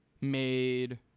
made –